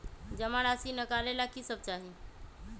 जमा राशि नकालेला कि सब चाहि?